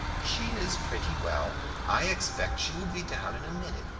she is pretty well. i expect she will be down in a minute.